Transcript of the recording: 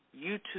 YouTube